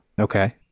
Okay